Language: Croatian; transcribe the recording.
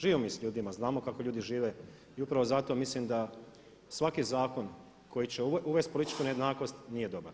Živimo mi s ljudima, znamo kako ljudi žive i upravo zato mislim da svaki zakon koji će uvesti političku nejednakost nije dobar.